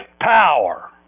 power